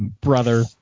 brother